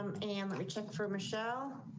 and and let me check for michelle.